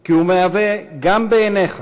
כי הוא מהווה גם בעיניך